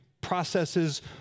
processes